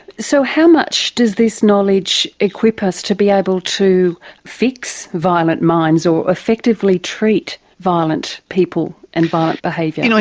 so how much does this knowledge equip us to be able to fix violent minds or effectively treat violent people and violent behaviour? you know